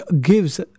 gives